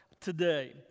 today